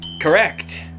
Correct